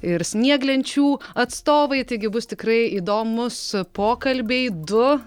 ir snieglenčių atstovai taigi bus tikrai įdomūs pokalbiai du